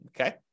Okay